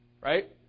Right